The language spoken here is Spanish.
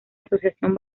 asociación